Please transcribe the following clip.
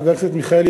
חבר הכנסת מיכאלי,